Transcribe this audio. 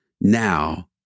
Now